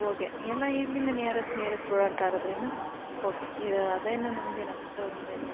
okay ಏನೋ ಇಲ್ಲಿಲ್ಲಿ nearest nearest ಓಡಾಡ್ತಾ ಇರೋದರಿಂದ ಒಕೆ ಅದೇನು ನಮಗೇನು ಅಷ್ಟೊಂದೇನು